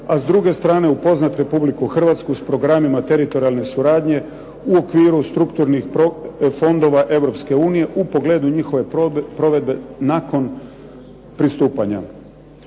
a s druge strane upoznati Republiku Hrvatsku s programima teritorijalne suradnje u okviru strukturnih fondova Europske unije u pogledu njihove provedbe nakon pristupanja.